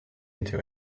into